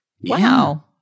wow